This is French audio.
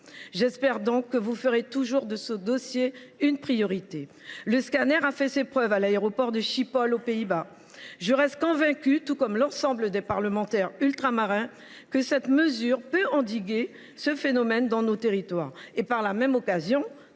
J’espère que vous ferez toujours de ce dossier une priorité. Le scanner a fait ses preuves à l’aéroport d’Amsterdam Schiphol aux Pays Bas. Je reste convaincue, tout comme l’ensemble des parlementaires ultramarins, que cette mesure peut endiguer ce phénomène dans nos territoires. Elle permettra, par la même occasion,